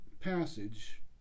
passage